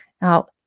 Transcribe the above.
Now